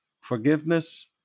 forgiveness